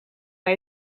bij